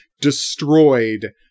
destroyed